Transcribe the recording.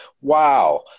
wow